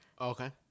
Okay